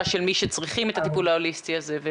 של מי שצריכים את הטיפול ההוליסטי הזה.